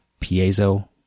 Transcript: piezo